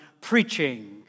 preaching